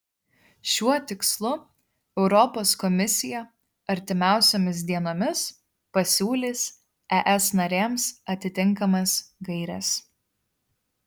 šiuo tikslu europos komisija artimiausiomis dienomis pasiūlys es narėms atitinkamas gaires